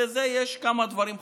בזה יש כמה דברים חשובים.